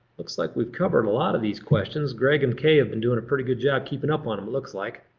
looks like we've covered a lot of these questions. greg and kay have been doing a pretty good job keeping up on them it looks like.